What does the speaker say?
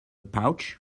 pouch